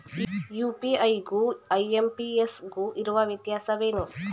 UPI ಗು IMPS ಗು ಇರುವ ವ್ಯತ್ಯಾಸವೇನು?